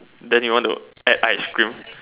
then you want to add ice cream